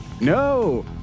no